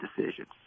decisions